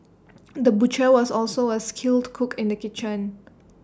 the butcher was also A skilled cook in the kitchen